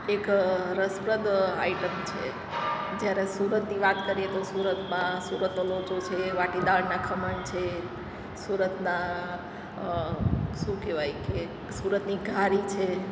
એક રસપ્રદ આઈટમ છે જ્યારે સુરતની વાત કરીએ તો સુરતમાં સુરતનો લોચો છે વાટીદાળનાં ખમણ છે સુરતનાં શું કહેવાય કે સુરતની ઘારી છે